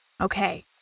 Okay